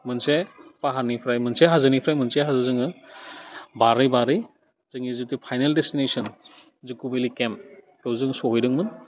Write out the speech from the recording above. मोनसे पाहारनिफ्राय मोनसे हाजोनिफ्राय मोनसे हाजो जोङो बारै बारै जोंनि जितु फाइनेल डेस्टिनेसन जुक' भेलि केम्प बेयाव जों सहैदोंमोन